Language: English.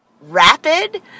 rapid